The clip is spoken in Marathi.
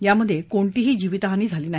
यामध्ये कोणतीही जीवितहानी झाली नाही